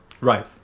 Right